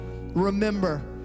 Remember